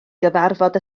gyfarfod